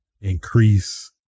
increase